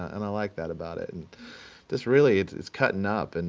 and i like that about it. and this, really, it's it's cutting up. and